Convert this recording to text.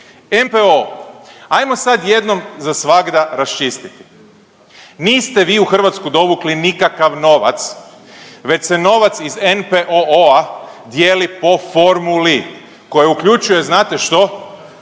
NPOO, ajmo sad jednom zasvagda raščistiti. Niste vi u Hrvatsku dovukli nikakav novac, već se novac iz NPOO-a dijeli po formuli, koja uključuje, znate što?